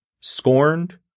scorned